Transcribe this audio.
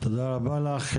תודה רבה לך.